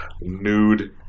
nude